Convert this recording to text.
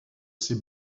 ces